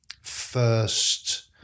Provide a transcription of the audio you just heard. first